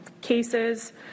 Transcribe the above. cases